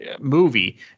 movie